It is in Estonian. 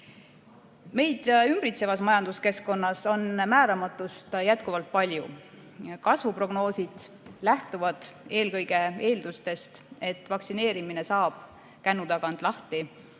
Meid ümbritsevas majanduskeskkonnas on määramatust jätkuvalt palju. Kasvuprognoosid lähtuvad eelkõige eeldustest, et vaktsineerimine saab kännu tagant lahti